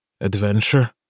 Adventure